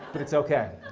it's okay.